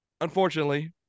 Unfortunately